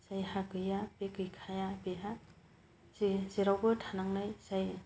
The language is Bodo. जायहा गैया बे गैखाया बेहा जेरावबो थानांनाय जायो